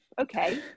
okay